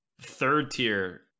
third-tier